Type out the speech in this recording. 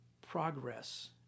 progress